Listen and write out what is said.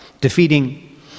defeating